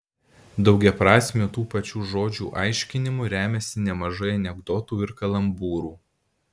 daugiaprasmiu tų pačių žodžių aiškinimu remiasi nemažai anekdotų ir kalambūrų